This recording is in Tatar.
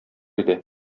иде